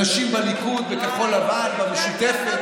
אנשים בליכוד, בכחול לבן, במשותפת,